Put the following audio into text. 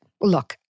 Look